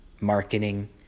marketing